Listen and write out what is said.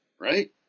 right